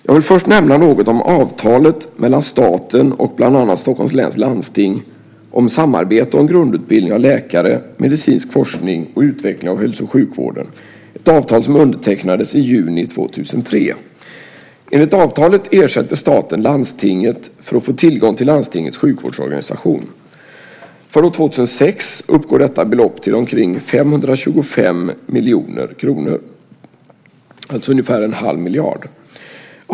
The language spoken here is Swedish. Jag vill först nämna något om avtalet mellan staten och bland andra Stockholms läns landsting om samarbete om grundutbildning av läkare, medicinsk forskning och utveckling av hälso och sjukvården. Det är ett avtal som undertecknades i juni 2003. Enligt avtalet ersätter staten landstinget för att få tillgång till landstingets sjukvårdsorganisation. För år 2006 uppgår detta belopp till omkring 525 miljoner kronor - alltså ungefär 1⁄2 miljard.